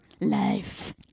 life